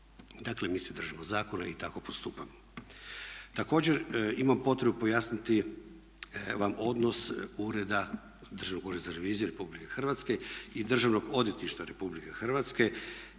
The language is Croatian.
Dakle, mi se držimo zakona i tako postupamo. Također, imam potrebu pojasniti vam odnos Državnog ureda za reviziju Republike Hrvatske i Državnog odvjetništva Republike Hrvatske